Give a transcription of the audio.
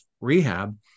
rehab